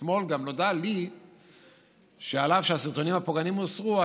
אתמול גם נודע לי שאף שהסרטונים הפוגעניים הוסרו,